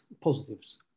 positives